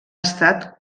estat